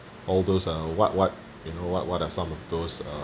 all those uh what what you know what what are some of those uh